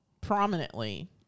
prominently